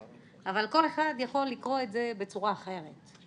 אבל כל אחד יכול לקרוא את זה בצורה אחרת,